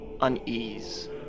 Unease